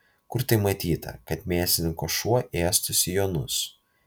kur tai matyta kad mėsininko šuo ėstų sijonus